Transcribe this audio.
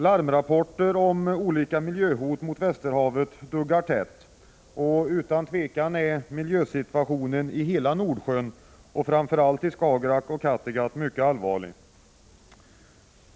Larmrapporter om olika miljöhot mot Västerhavet duggar tätt, och utan tvivel är miljösituationen i hela Nordsjön och framför allt i Skagerrak och Kattegatt mycket allvarlig.